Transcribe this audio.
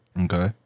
Okay